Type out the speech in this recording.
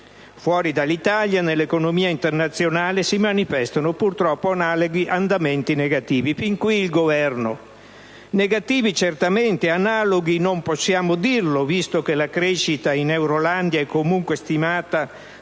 Fuori dall'Italia, nell'economia internazionale, si manifestano purtroppo analoghi andamenti negativi». Andamenti negativi certamente, ma analoghi non possiamo dirlo, visto che la crescita in Eurolandia è comunque stimata